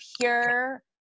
pure